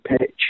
pitch